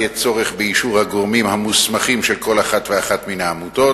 יהיה צורך באישור הגורמים המוסמכים של כל אחת ואחת מן העמותות,